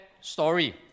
story